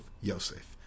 Yosef